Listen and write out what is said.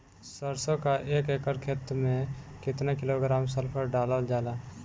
सरसों क एक एकड़ खेते में केतना किलोग्राम सल्फर डालल जाला?